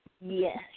Yes